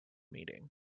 meeting